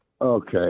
Okay